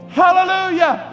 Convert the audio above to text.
hallelujah